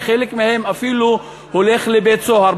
וחלק מהם אפילו הולך לבית-סוהר,